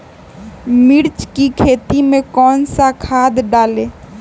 मिर्च की खेती में कौन सा खाद डालें?